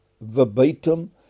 verbatim